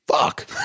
Fuck